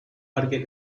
parques